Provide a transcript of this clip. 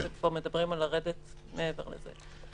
וכבר מדברים על לרדת מתחת לזה.